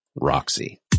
Roxy